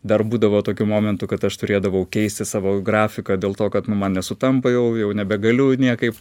dar būdavo tokių momentų kad aš turėdavau keisti savo grafiką dėl to kad nu man nesutampa jau jau nebegaliu niekaip